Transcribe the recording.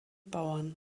bauern